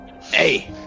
Hey